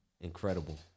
incredible